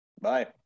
Bye